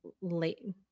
late